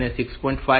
5 mask off હોય અને 7